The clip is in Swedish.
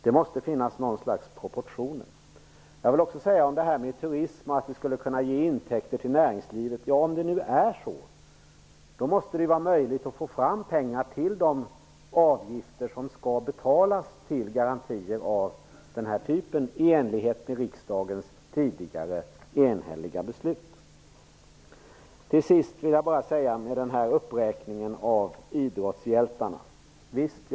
Det måste finnas något slags proportioner. Det sägs att turism skulle kunna ge intäkter till näringslivet. Om det nu är så måste det vara möjligt att få fram pengar till de avgifter som skall betalas till garantier av denna typ i enlighet med riksdagens tidigare enhälliga beslut. Till sist vill jag kommentera den uppräkning av idrottshjältar som Stina Eliasson gjorde.